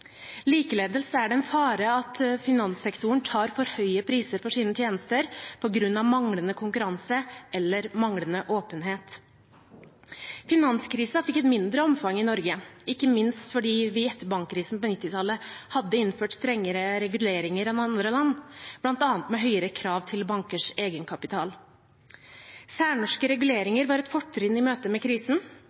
er det en fare for at finanssektoren tar for høye priser for sine tjenester på grunn av manglende konkurranse eller manglende åpenhet. Finanskrisen fikk et mindre omfang i Norge, ikke minst fordi vi etter bankkrisen på 1990-tallet hadde innført strengere reguleringer enn andre land, bl.a. med høyere krav til bankenes egenkapital. Særnorske reguleringer var et fortrinn i møte med krisen